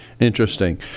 Interesting